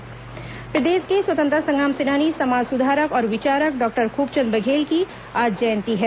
खूबचंद बघेल जयंती प्रदेश के स्वतंत्रता संग्राम सेनानी समाज सुधारक और विचारक डॉक्टर खूबचंद बघेल की आज जयंती है